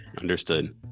Understood